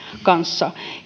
kanssa